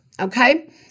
okay